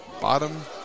bottom